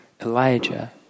Elijah